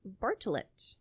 Bartlett